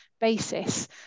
basis